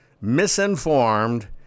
misinformed